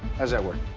does that work?